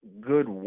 good